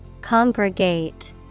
Congregate